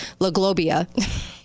LaGlobia